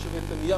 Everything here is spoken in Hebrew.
לא שווה את הנייר,